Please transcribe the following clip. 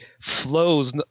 flows